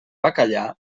bacallà